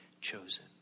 chosen